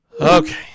Okay